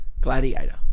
Gladiator